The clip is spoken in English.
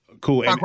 cool